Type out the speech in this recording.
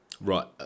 Right